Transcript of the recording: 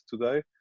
today